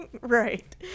Right